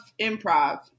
improv